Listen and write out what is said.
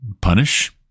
punish